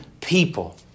people